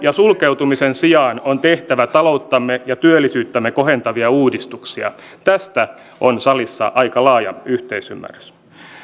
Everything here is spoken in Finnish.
ja sulkeutumisen sijaan on tehtävä talouttamme ja työllisyyttämme kohentavia uudistuksia tästä on salissa aika laaja yhteisymmärrys